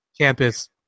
campus